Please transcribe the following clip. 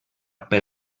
per